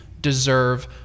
deserve